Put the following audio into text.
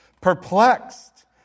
Perplexed